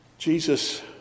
Jesus